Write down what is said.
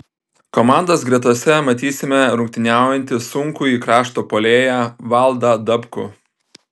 komandos gretose matysime rungtyniaujantį sunkųjį krašto puolėją valdą dabkų